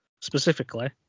specifically